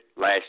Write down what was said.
last